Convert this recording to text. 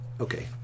Okay